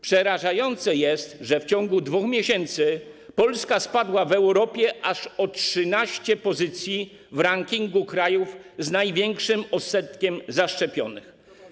Przerażające jest, że w ciągu 2 miesięcy Polska spadła w Europie aż o 13 pozycji w rankingu krajów z największym odsetkiem zaszczepionych.